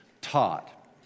taught